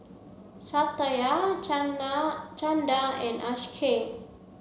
Satya Chanda and Akshay